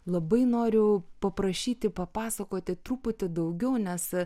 labai noriu paprašyti papasakoti truputį daugiau nes